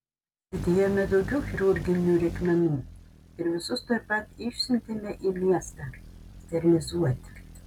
atsidėjome daugiau chirurginių reikmenų ir visus tuoj pat išsiuntėme į miestą sterilizuoti